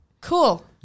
cool